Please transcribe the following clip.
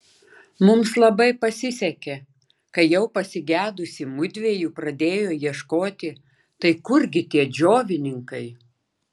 mums labai pasisekė kai jau pasigedusi mudviejų pradėjo ieškoti tai kurgi tie džiovininkai